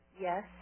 Yes